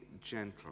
gentle